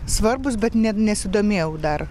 svarbūs bet ne nesidomėjau dar